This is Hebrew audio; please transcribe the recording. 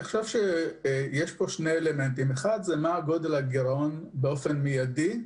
יש פה שני אלמנטים: האחד הוא מה גודל הגירעון המידי,